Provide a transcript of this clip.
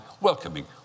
welcoming